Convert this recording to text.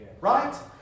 right